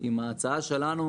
עם ההצעה שלנו,